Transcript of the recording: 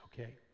Okay